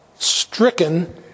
stricken